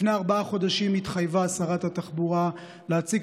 לפני ארבעה חודשים התחייבה שרת התחבורה להציג